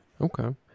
okay